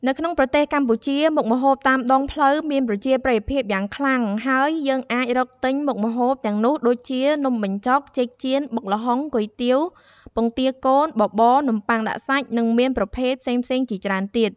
នៅក្នុងប្រទេសកម្ពុជា មុខម្ហូបតាមដងផ្លូវមានប្រជាប្រិយភាពយ៉ាងខ្លាំង ហើយយើងអាចរកទិញមុខម្ហូបទាំងនោះដូចជា៖ នំបញ្ចុក ចេកចៀន បុកល្ហុង គុយទាវ ពងទាកូន បបរ នំប៉័ងដាក់សាច់ និងមានប្រភេទផ្សេងៗជាច្រើនទៀត។